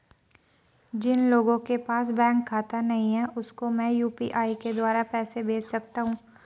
जिन लोगों के पास बैंक खाता नहीं है उसको मैं यू.पी.आई के द्वारा पैसे भेज सकता हूं?